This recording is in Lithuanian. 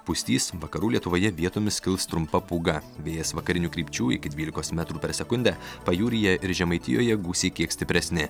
pustys vakarų lietuvoje vietomis kils trumpa pūga vėjas vakarinių krypčių iki dvylikos metrų per sekundę pajūryje ir žemaitijoje gūsiai kiek stipresni